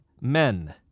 men